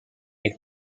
est